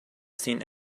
seen